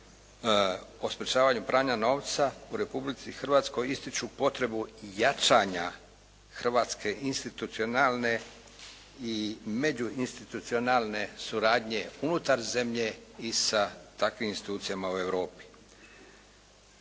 o sprječavanju pranja novca u Republici Hrvatskoj ističu potrebu jačanja hrvatske institucionalne i međuinstitucionalne suradnje unutar zemlje i sa takvim institucijama u Europi.